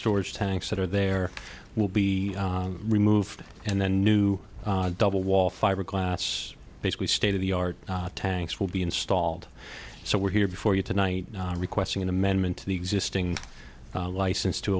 storage tanks that are there will be removed and the new double wall fiberglass basically state of the art tanks will be installed so we're here before you tonight requesting an amendment to the existing license to